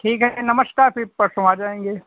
ठीक है नमस्कार फिर परसों आ जाएँगे